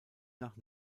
nach